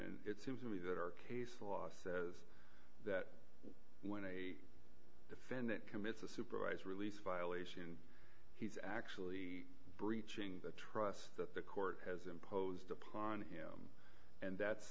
it seems to me that our case law says that when a defendant commits a supervised release violation he's actually breaching the trust that the court has imposed upon him and that's